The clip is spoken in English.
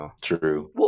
True